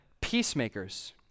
peacemakers